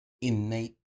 innate